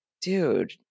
dude